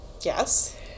Yes